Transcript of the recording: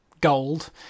gold